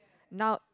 now